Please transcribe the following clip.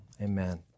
Amen